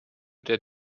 der